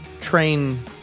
train